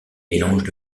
mélanges